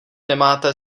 nemáte